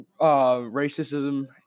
racism